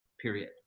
period